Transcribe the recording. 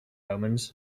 omens